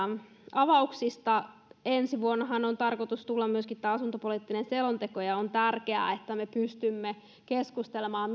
avauksista ensi vuonnahan on tarkoitus tulla myöskin tämä asuntopoliittinen selonteko ja on tärkeää että me pystymme keskustelemaan